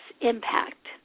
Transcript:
impact